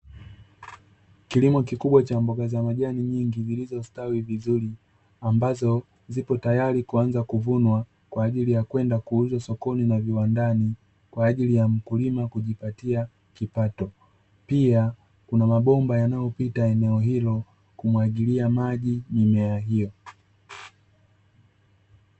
Kilimo kikubwa cha mboga za majani nyingi zilizostawi vizuri, ambazo zipo tayari kuanza kuvunwa kwa ajili ya kwenda kuuzwa sokoni na viwandani, kwa ajili ya mkulima kujipatia kipato. Pia kuna mabomba yanayopita eneo hilo kumwagilia maji mimea hiyo.